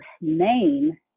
name